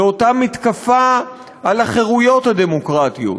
לאותה מתקפה על החירויות הדמוקרטיות.